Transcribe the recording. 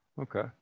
Okay